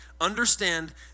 understand